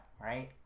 right